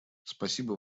спасибо